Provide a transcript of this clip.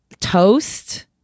toast